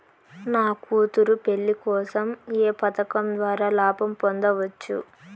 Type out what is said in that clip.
నా కూతురు పెళ్లి కోసం ఏ పథకం ద్వారా లాభం పొందవచ్చు?